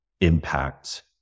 impact